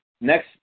next